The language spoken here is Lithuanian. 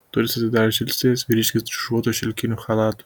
duris atidarė žilstelėjęs vyriškis dryžuotu šilkiniu chalatu